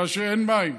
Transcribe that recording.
בגלל שאין מים.